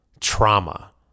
Trauma